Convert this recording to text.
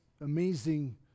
amazing